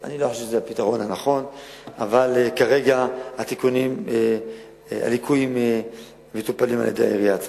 אבל כרגע הליקויים מטופלים על-ידי העירייה עצמה.